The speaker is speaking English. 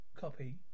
Copy